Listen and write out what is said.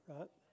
Right